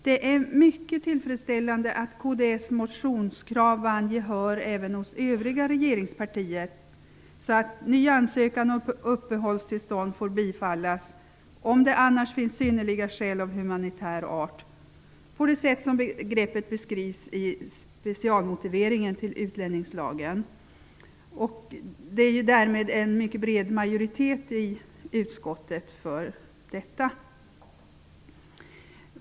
Det är mycket tillfredsställande att kds motionskrav om att 2. kap 5 § andra stycket som medger att ny ansökan om uppehållstillstånd får bifallas om ''det annars finns synnerliga skäl av humanitär art'' på det sätt begreppet beskrivs i specialmotiveringen till utlänningslagen har vunnit gehör även hos övriga regeringspartier. Det är därmed en mycket bred majoritet i utskottet för detta.